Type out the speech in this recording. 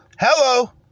Hello